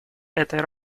этой